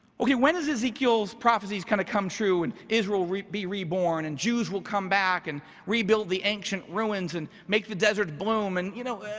okay, when does ezekiel prophecies kind of come true, and israel be reborn and jews will come back and rebuild the ancient ruins and make the desert bloom? and you know